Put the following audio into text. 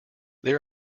there